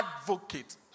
advocate